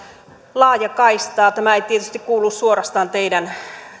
laajakaistaa tämä ei tietysti kuulu suorastaan teidän